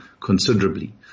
considerably